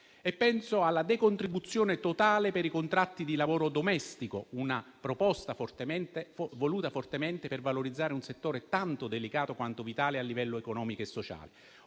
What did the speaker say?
Penso alla decontribuzione totale per i contratti di lavoro domestico, una proposta voluta fortemente per valorizzare un settore tanto delicato quanto vitale a livello economico e sociale.